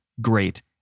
great